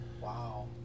Wow